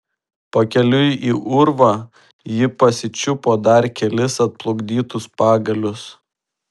pakeliui į urvą ji pasičiupo dar kelis atplukdytus pagalius